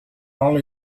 all